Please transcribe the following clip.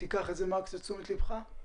תיקח את זה לתשומת לבך.